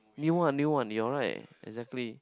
new one new one you're right exactly